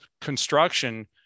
construction